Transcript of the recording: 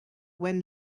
when